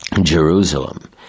Jerusalem